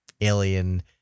alien